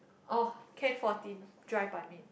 orh can fourteen dry 版面